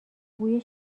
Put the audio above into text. بوی